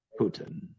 Putin